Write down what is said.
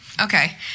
Okay